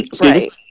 Right